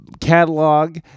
catalog